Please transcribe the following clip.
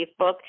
Facebook